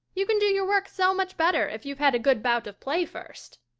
you can do your work so much better if you've had a good bout of play first.